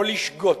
או לשגות,